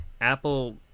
Apple